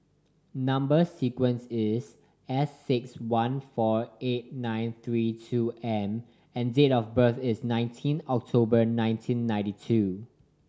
number sequence is S six one four eight nine three two M and date of birth is nineteen October nineteen ninety two